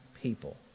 people